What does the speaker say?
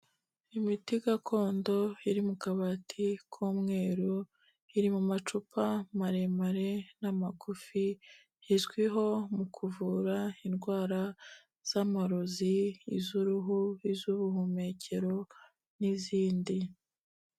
Imiti gakondo iri mu kabati k'umweru, iri mu macupa maremare n'amagufi, izwiho mu kuvura indwara z'amarozi, iz'uruhu, iz'ubuhumekero n'izindi.